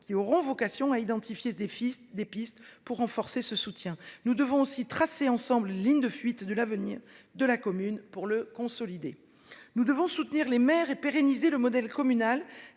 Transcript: qui aura vocation à identifier des pistes pour renforcer ce soutien. Nous devons aussi tracer ensemble les grandes lignes de l'avenir de la commune pour le consolider. Nous devons soutenir les maires et pérenniser le modèle communal,